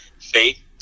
Faith